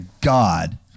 God